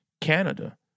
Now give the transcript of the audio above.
Canada